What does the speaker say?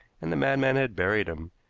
and the madman had buried him,